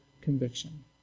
conviction